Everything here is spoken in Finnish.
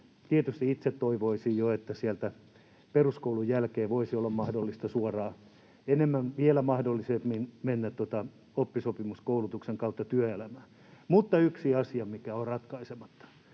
Tietysti itse toivoisin, että jo suoraan peruskoulusta voisi olla vielä enemmän mahdollisuuksia mennä oppisopimuskoulutuksen kautta työelämään. Mutta yksi asia, mikä on ratkaisematta,